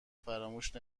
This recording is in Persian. فراموش